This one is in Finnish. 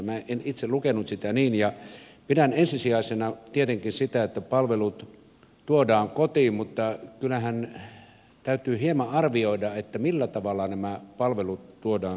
minä en itse lukenut sitä niin ja pidän ensisijaisena tietenkin sitä että palvelut tuodaan kotiin mutta kyllähän täytyy hieman arvioida millä tavalla nämä palvelut tuodaan kotiin